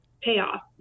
payoff